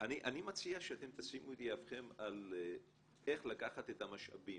אני מציע שאתם תשימו את יהבכם על איך לקחת את המשאבים,